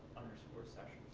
underscore session?